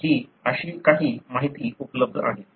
तर ही अशी काही माहिती उपलब्ध आहे